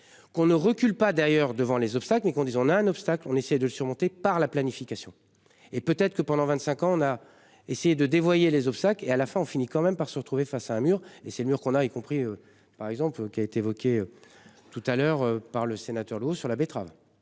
Qu'on ne recule pas d'ailleurs devant les obstacles et qu'on dise, on a un obstacle. On essaie de surmonter par la planification et peut-être que pendant 25 ans, on a essayé de dévoyer les obstacles et à la fin on finit quand même par se retrouver face à un mur et c'est le mur qu'on a, y compris par exemple qui a été évoqué. Tout à l'heure par le sénateur sur la betterave